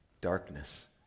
darkness